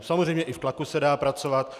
Samozřejmě i v tlaku se dá pracovat.